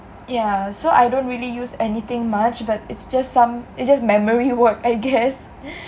ya so I don't really use anything much but it's just some it's just memory work I guess